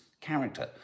character